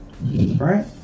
right